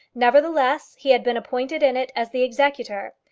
nevertheless, he had been appointed in it as the executor,